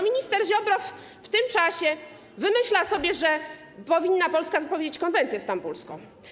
Minister Ziobro w tym czasie wymyślił sobie, że Polska powinna wypowiedzieć konwencję stambulską.